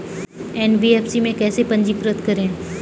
NBFC में कैसे पंजीकृत करें?